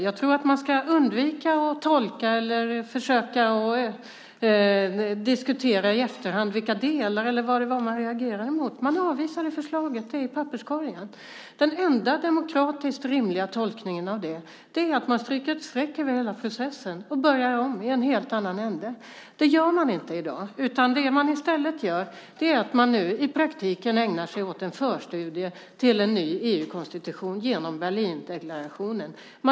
Jag tror att man ska undvika att i efterhand försöka tolka och diskutera vilka delar man reagerade emot. Man avvisade förslaget! Det är i papperskorgen! Den enda demokratiskt rimliga tolkningen av detta är att man stryker ett streck över hela processen och börjar om i en helt annan ända. Det gör man inte i dag. Det man i stället gör är att man i praktiken ägnar sig åt en förstudie till en ny EU-konstitution genom Berlindeklarationen.